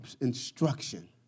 instruction